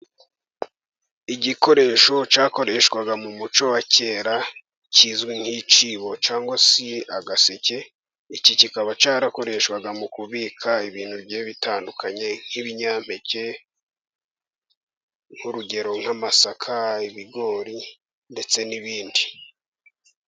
Igikoresho cyakoreshwaga mu muco wa kera, kizwi nk'icyibo cyangwa se agaseke, iki kikaba cyarakoreshwaga mu kubika ibintu, bigiye bitandukanye nk'ibinyampeke, nk'urugero nk'amasaka, ibigori ndetse n'ibindi.